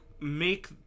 make